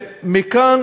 מכאן,